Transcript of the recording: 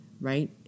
right